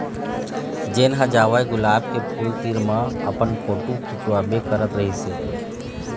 जेन ह जावय गुलाब के फूल तीर म अपन फोटू खिंचवाबे करत रहिस हे